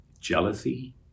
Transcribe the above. Jealousy